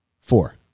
Four